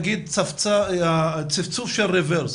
אני תוהה מדוע נגיד צפצוף של רוורס,